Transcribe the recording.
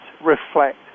reflect